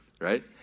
right